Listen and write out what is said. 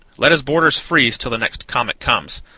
let his boarders freeze till the next comet comes.